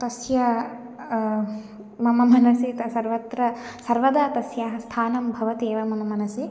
तस्य मम मनसि त सर्वत्र सर्वदा तस्याः स्थानं भवति एव मम मनसि